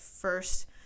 first